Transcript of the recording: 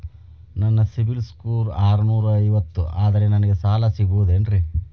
ನನ್ನ ಸಿಬಿಲ್ ಸ್ಕೋರ್ ಆರನೂರ ಐವತ್ತು ಅದರೇ ನನಗೆ ಸಾಲ ಸಿಗಬಹುದೇನ್ರಿ?